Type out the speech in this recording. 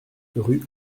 rue